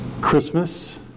Christmas